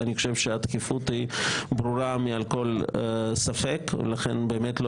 ואני חושב שהדחיפות ברורה מעל כל ספק ולכן באמת לא